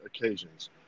occasions